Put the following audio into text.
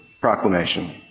proclamation